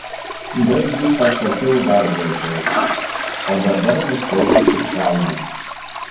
betgi paskiau dar gražiau o dabar nusiaukit ir kelnes